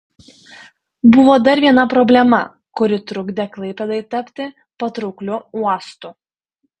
buvo dar viena problema kuri trukdė klaipėdai tapti patraukliu uostu